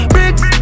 Bricks